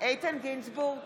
איתן גינזבורג,